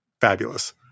fabulous